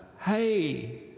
hey